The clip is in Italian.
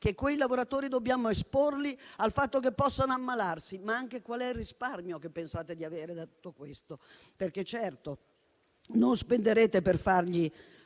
che quei lavoratori dobbiamo esporli al fatto che possano ammalarsi, ma anche qual è il risparmio che pensate di avere da tutto questo? Certo, non spenderete per fargli